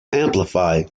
amplify